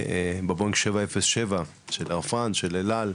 בבואינג 707 של אל על,